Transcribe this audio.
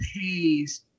pays